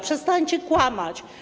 Przestańcie kłamać.